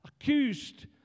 accused